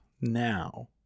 now